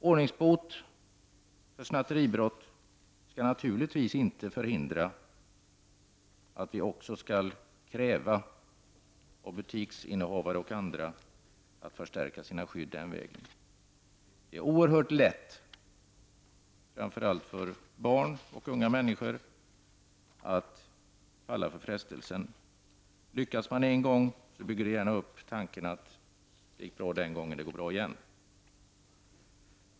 Ordningsbot för snatteribrott skall naturligtvis inte förhindra att vi kräver av butiksinnehavare och andra att de förstärker sina skydd. Det är oerhört lätt att falla för frestelsen, framför allt för barn och unga människor. Lyckas man en gång, byggs gärna tanken upp: det gick bra den gången, det går bra igen.